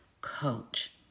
coach